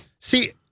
See